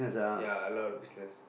ya a lot of business